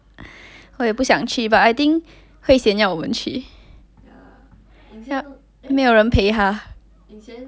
我也不想去 but I think hui xian 要我们去要没有人陪他